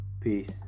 peace